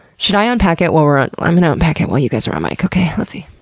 should i unpack it while we're on? i'm gonna unpack it while you guys are on mic. okay, let's see.